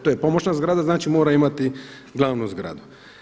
To je pomoćna zgrada, znači mora imati glavnu zgradu.